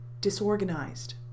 disorganized